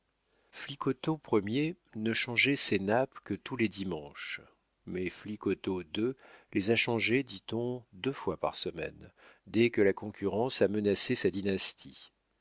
flicoteaux ier ne changeait ses nappes que tous les dimanches mais flicoteaux ii les a changées dit-on deux fois par semaine dès que la concurrence a menacé sa dynastie